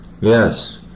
Yes